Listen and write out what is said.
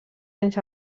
anys